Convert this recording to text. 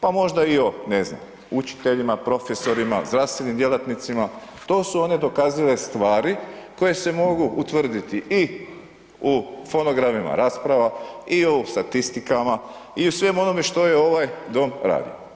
Pa možda i o ne znam učiteljima, profesorima, zdravstvenim djelatnicima to su one dokazive stvari koje se mogu utvrditi i u fonogramima rasprava i u statistikama i u svemu onome što i ovaj dom radi.